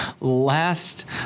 last